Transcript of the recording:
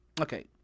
Okay